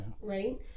Right